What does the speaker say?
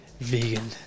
Vegan